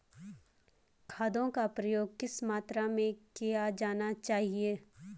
खादों का प्रयोग किस मात्रा में किया जाना चाहिए?